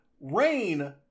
Rain